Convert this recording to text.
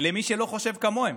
למי שלא חושב כמוהם.